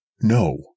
No